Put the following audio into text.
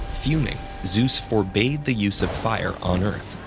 fuming, zeus forbade the use of fire on earth,